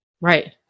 Right